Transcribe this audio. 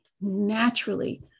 Naturally